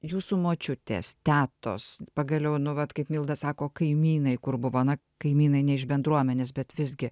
jūsų močiutės tetos pagaliau nu vat kaip milda sako kaimynai kur buvo na kaimynai ne iš bendruomenės bet visgi